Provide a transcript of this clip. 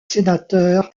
sénateur